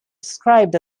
described